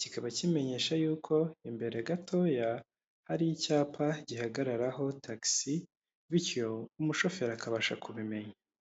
kikaba kimenyesha yuko imbere gatoya hari icyapa gihagararaho tagisi bityo umushoferi akabasha kubimenya.